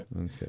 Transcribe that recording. Okay